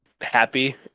happy